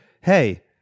Hey